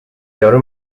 یارو